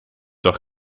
doch